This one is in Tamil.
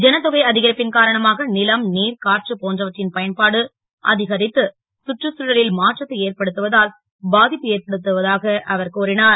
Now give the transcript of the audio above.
ஐனத்தொகை அ கரிப்பின் காரணமாக லம் நீர் காற்று போன்றவற்றின் பயன்பாடு அ கரித்து கற்றுச்சூழலில் மாற்றத்தை ஏற்படுத்துவதால் பா ப்பு ஏற்படுவதாக அவர் கூறினார்